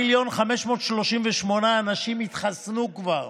ש-4.538 מיליון אנשים התחסנו כבר,